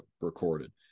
recorded